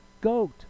goat